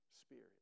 spirit